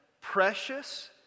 precious